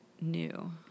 new